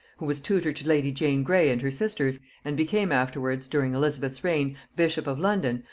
who was tutor to lady jane grey and her sisters, and became afterwards, during elizabeth's reign, bishop of london,